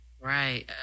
Right